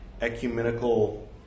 ecumenical